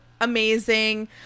amazing